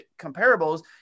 comparables